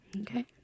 Okay